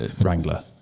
Wrangler